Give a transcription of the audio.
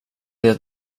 det